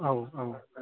औ औ